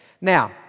Now